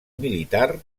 militar